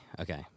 okay